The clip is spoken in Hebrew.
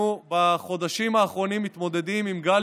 אנחנו בחודשים האחרונים מתמודדים עם גל